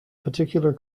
particular